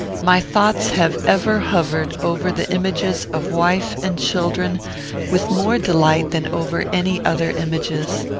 my thoughts have ever hovered over the images of wife and children with more delight than over any other images.